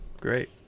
Great